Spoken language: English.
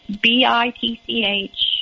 B-I-T-C-H